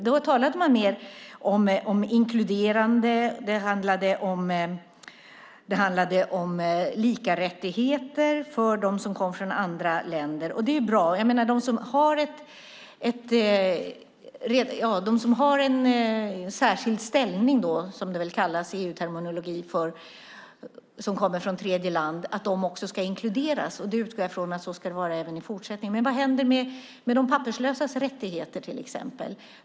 Då talade man mer om inkluderande, och det handlade om lika rättigheter för dem som kom från andra länder. Det är bra: De som har en särskild ställning, som det väl kallas i EU-terminologi, som kommer från tredjeland ska också inkluderas. Jag utgår ifrån att det ska vara så även i fortsättningen. Men vad händer med till exempel de papperslösas rättigheter?